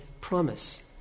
promise